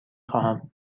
خواهم